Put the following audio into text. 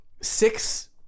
six